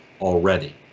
already